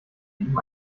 ihm